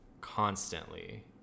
constantly